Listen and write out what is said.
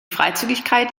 freizügigkeit